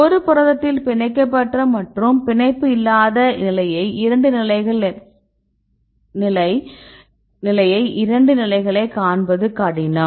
ஒரு புரதத்தில் பிணைக்கப்பட்ட மற்றும் பிணைப்புகள் இல்லாத நிலையை இரண்டு நிலைகளை காண்பது கடினம்